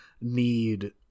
need